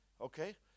okay